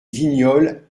vignoles